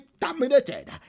terminated